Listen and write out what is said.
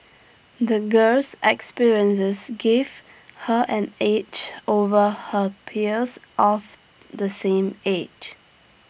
the girl's experiences gave her an edge over her peers of the same age